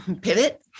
pivot